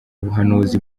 ubuhanuzi